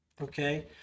Okay